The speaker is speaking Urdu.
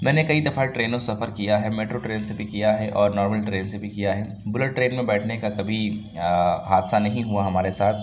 میں نے کئی دفعہ ٹرینوں سے سفر کیا ہے میٹرو ٹرین سے بھی کیا ہے اور نارمل ٹرین سے بھی کیا ہے بلیٹ ٹرین میں بیٹھنے کا کبھی حادثہ نہیں ہوا ہمارے ساتھ